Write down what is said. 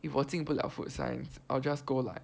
if 我进不了 food science I'll just go like